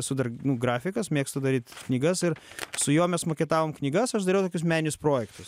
esu dar nu grafikas mėgstu daryt knygas ir su juo mes maketavom knygas aš dariau tokius meninius projektus